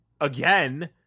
again